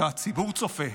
והציבור צופה.